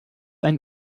ein